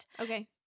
Okay